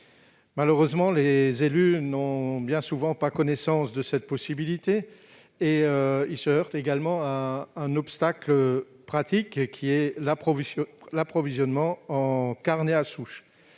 Malheureusement, les élus n'ont bien souvent pas connaissance de cette possibilité. Ils se heurtent également à un obstacle pratique, à savoir l'approvisionnement en carnets à souche.